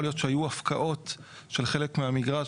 יכול להיות שהיו הפקעות של חלק מהמגרש,